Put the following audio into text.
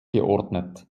geordnet